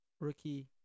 rookie